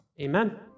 amen